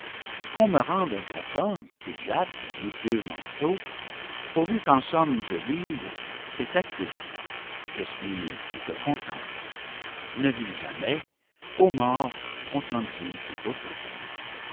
qu'on me rende impotent cul-de-jatte goutteux manchot pourvu qu'en somme je vive c'est assez je suis plus que content ne viens jamais ô mort on t'en dit tout autant